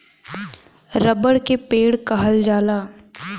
रबड़ के पेड़ कहल जाला